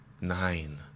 nine